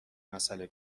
مسئله